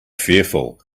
fearful